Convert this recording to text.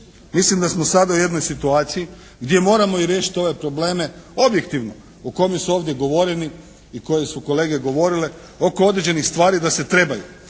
Mislim da smo sada u jednoj situaciji gdje moramo i riješiti ove probleme objektivno u kojima su ovdje govoreni i koje su kolege govorile oko određenih stvari da se trebaju